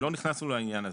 לא נכנסנו לעניין הזה.